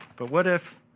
but what if